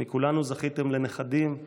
מכולנו זכיתם לנכדים,